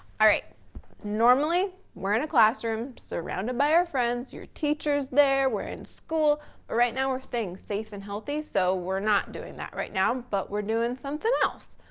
all right normally, we're in a classroom, surrounded by our friends, your teachers there, we're in school. but right now we're staying safe and healthy. so we're not doing that right now, but we're doing something else.